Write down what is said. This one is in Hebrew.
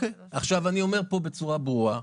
עכשיו אני אומר פה בצורה ברורה,